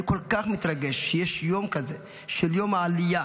אני כל כך מתרגש שיש יום כזה, יום העלייה,